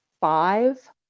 five